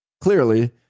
clearly